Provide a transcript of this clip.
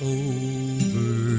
over